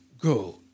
go